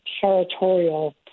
territorial